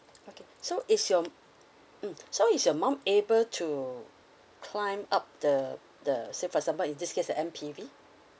okay so is your mm so is your mum able to climb up the the the say for example in this case M_P_V